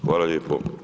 Hvala lijepo.